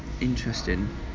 interesting